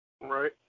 right